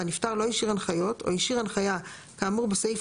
והנפטר לא השאיר הנחיות או השאיר הנחיה כאמור בסעיף